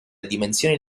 dimensioni